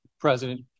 president